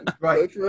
right